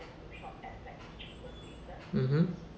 mmhmm